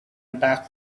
attack